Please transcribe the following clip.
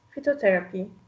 phytotherapy